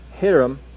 Hiram